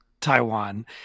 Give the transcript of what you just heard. Taiwan